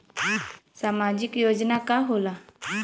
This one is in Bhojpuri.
सामाजिक योजना का होला?